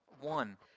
One